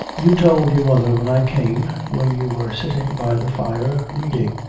you told your mother when i came, when you were sitting by the fire reading,